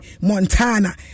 Montana